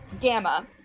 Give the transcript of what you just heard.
Gamma